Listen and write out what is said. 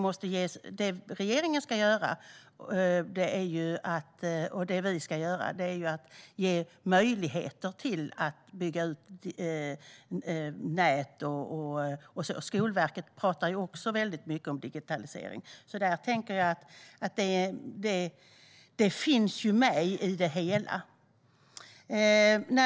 Vad regeringen och vi ska göra är att ge möjligheter att bygga ut nät. Även Skolverket talar mycket om digitalisering. Det finns med i helheten.